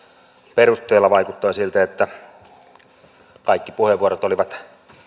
perusteella vaikuttaa siltä että kaikki puheenvuorot olivat